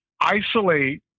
isolate